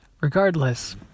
Regardless